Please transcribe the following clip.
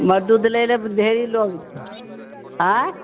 हमर दूध लै लए ढेरी लोग छै आँय